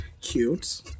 Cute